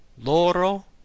Loro